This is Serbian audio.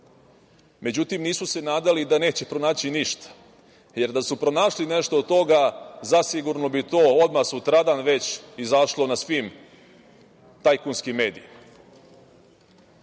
Međutim, nisu se nadali da neće pronaći ništa, jer da su pronašli nešto od toga zasigurno bi to odmah sutradan već izašlo na svim tajkunskim medijima. Dakle,